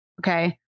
Okay